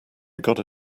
gotta